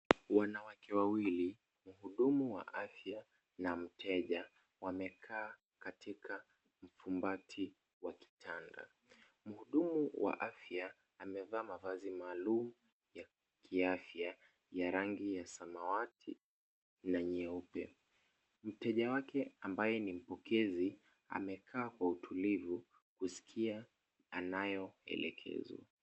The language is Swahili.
Wanawake wawili, mhudumu wa afya na mteja, wamekaa katika mfumbati wa kitanda. Mhudumu wa afya amevaa mavazi maalum ya kiafya, ya rangi ya samawati na nyeupe. Mteja wake ambaye ni mapokezi, amekaa kwa utulivu kuskia anayoelekezwa.